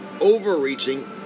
overreaching